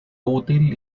útil